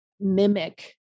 mimic